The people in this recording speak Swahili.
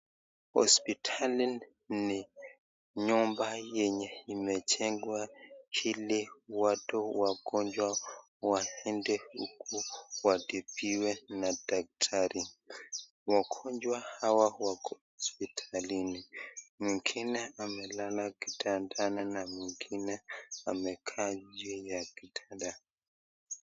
Hospitali ni nyumba yenye imejengwa ili watu wagonjwa waende huko watibiwe na daktari. Wagonjwa hawa wako hospitalini mwengine amelala kitandani na mwengine amekaa juu ya kitanda.